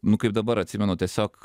nu kaip dabar atsimenu tiesiog